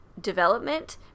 development